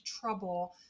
trouble